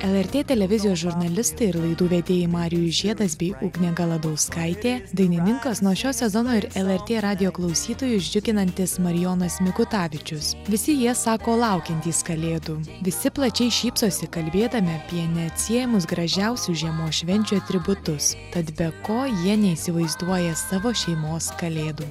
lrt televizijos žurnalistai ir laidų vedėjai marijus žiedas bei ugnė galadauskaitė dainininkas nuo šio sezono ir lrt radijo klausytojus džiuginantis marijonas mikutavičius visi jie sako laukiantys kalėdų visi plačiai šypsosi kalbėdami apie neatsiejamus gražiausių žiemos švenčių atributus tad be ko jie neįsivaizduoja savo šeimos kalėdų